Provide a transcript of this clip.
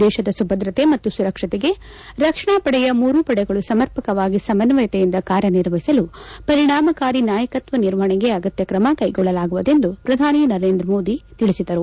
ದೇಶದ ಸುಭದ್ರತೆ ಮತ್ತು ಸುರಕ್ಷತೆಗೆ ರಕ್ಷಣಾ ಪಡೆಯ ಮೂರೂ ಪಡೆಗಳು ಸಮರ್ಪಕವಾಗಿ ಸಮಸ್ವಯತೆಯಿಂದ ಕಾರ್ಯನಿರ್ವಹಿಸಲು ಪರಿಣಾಮಕಾರಿ ನಾಯಕತ್ವ ನಿರ್ವಹಣೆಗೆ ಅಗತ್ಯ ತ್ರಮ ಕೈಗೊಳ್ಳಲಾಗುವುದು ಎಂದು ಪ್ರಧಾನ ಮಂತ್ರಿ ನರೇಂದ್ರ ಮೋದಿ ತಿಳಿಸಿದರು